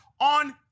on